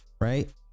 right